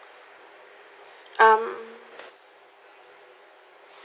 um